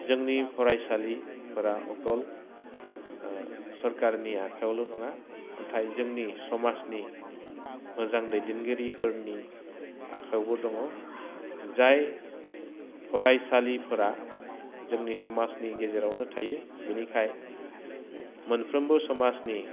जोंनि फराइसालिफोरा अकल सरकारनि आखायावल' नङा नाथाय जोंनि समाजनि मोजां दैदेगिरिफोरनि आखायावबो दङ जाय फाराइसालिफोरा जोंनि समाजनि गेजेरावनो थायो बिनिखाय मोनफ्रोमबो समाजनि